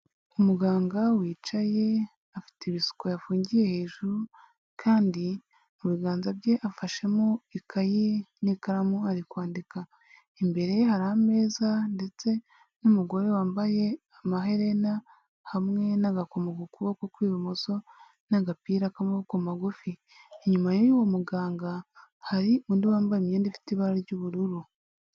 Umuganga wicaye, afite ibisuko yafungiye hejuru kandi mu biganza bye afashemo ikaye n'ikaramu ari kwandika. Imbere ye hari ameza ndetse n'umugore wambaye amaherena, hamwe n'agakomo ku kuboko kw'ibumoso, n'agapira k'amaboko magufi. Inyuma y'uwo muganga, hari undi wambaye imyenda ifite ibara ry'ubururu.